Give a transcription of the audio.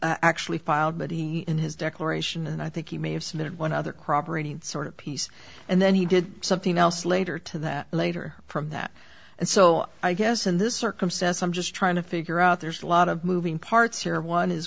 actually filed but he in his declaration and i think he may have submitted one other crop or any sort of piece and then he did something else later to that later from that and so i guess in this circumstance i'm just trying to figure out there's a lot of moving parts here one is